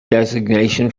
designation